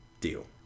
deal